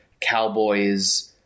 cowboys